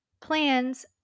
plans